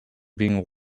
being